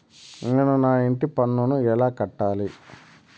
నేను నా ఇంటి పన్నును ఎలా కట్టాలి?